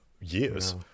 years